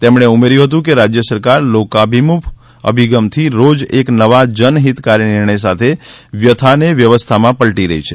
તેમણે ઉમેર્યું હતુ કે રાજ્ય સરકાર લોકાભિમુખ અભિગમથી રોજ એક નવા જનહિતકારી નિર્ણય સાથે વ્યથાને વ્યવસ્થામાં પલ્ટી રહી છે